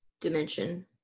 dimension